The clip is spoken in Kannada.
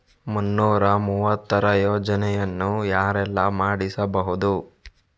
ಮುನ್ನೂರ ಮೂವತ್ತರ ಯೋಜನೆಯನ್ನು ಯಾರೆಲ್ಲ ಮಾಡಿಸಬಹುದು?